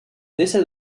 décès